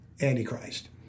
antichrist